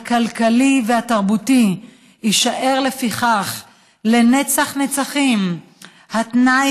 הכלכלי והתרבותי יישאר לפיכך לנצח נצחים התנאי